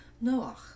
Noah